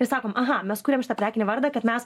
ir sakom aha mes kuriam šitą prekinį vardą kad mes